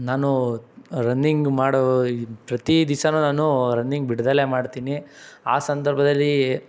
ನಾನು ರನ್ನಿಂಗ್ ಮಾಡೋ ಈ ಪ್ರತಿ ದಿವ್ಸನೂ ನಾನು ರನ್ನಿಂಗ್ ಬಿಡ್ದೆಲೇ ಮಾಡ್ತೀನಿ ಆ ಸಂದರ್ಭದಲ್ಲಿ